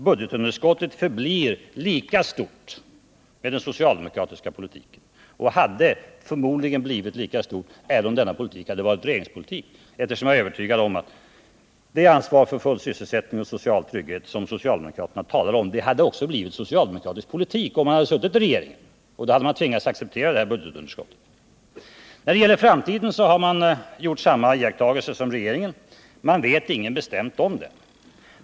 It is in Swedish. Budgetunderskottet förblir lika stort med den socialdemokratiska politiken och hade förmodligen blivit lika stort även om denna politik hade varit regeringspolitik, eftersom jag är övertygad om att det ansvar för full sysselsättning och social trygghet som socialdemokraterna talar om också hade blivit socialdemokratisk politik om de hade suttit i regering, och då hade man tvingats acceptera det här budgetunderskottet. När det gäller framtiden har man gjort samma iakttagelser som regeringen. Man vet ingenting bestämt om den.